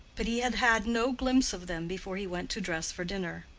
but he had had no glimpse of them before he went to dress for dinner.